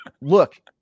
look